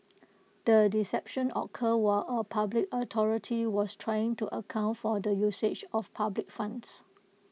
the deception occurred were A public authority was trying to account for the usage of public funds